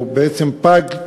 או בעצם פג,